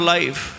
Life